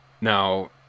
Now